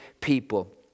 people